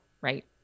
right